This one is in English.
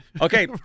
Okay